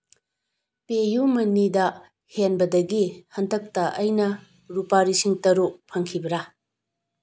ꯄꯦ ꯌꯨ ꯃꯅꯤꯗ ꯍꯦꯟꯕꯗꯒꯤ ꯍꯟꯗꯛꯇ ꯑꯩꯅ ꯂꯨꯄꯥ ꯂꯤꯁꯤꯡ ꯇꯔꯨꯛ ꯐꯪꯈꯤꯕ꯭ꯔꯥ